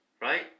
right